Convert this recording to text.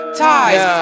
ties